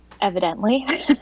evidently